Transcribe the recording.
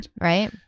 right